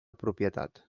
propietat